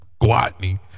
Guatney